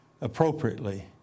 appropriately